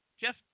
Jeff